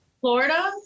florida